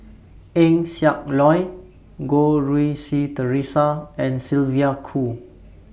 Eng Siak Loy Goh Rui Si Theresa and Sylvia Kho